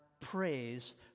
praise